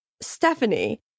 Stephanie